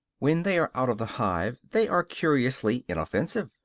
when they are out of the hive, they are curiously inoffensive.